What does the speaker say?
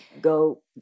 Go